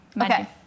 Okay